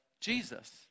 Jesus